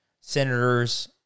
senators